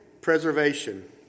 preservation